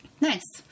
Nice